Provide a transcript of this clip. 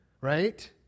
right